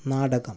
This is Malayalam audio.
നാടകം